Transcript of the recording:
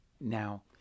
Now